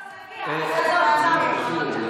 אנחנו מבקשים להעביר את זה לוועדת הכספים.